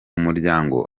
muryango